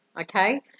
Okay